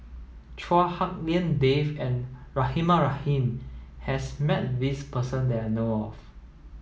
Chua Hak Lien Dave and Rahimah Rahim has met this person that I know of